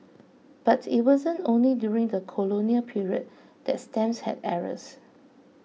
but it wasn't only during the colonial period that stamps had errors